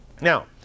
Now